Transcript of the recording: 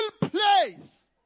place